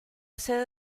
sede